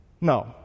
No